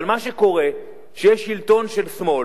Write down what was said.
אבל מה שקורה, כשיש שלטון של שמאל